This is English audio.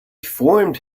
formed